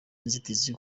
inzitizi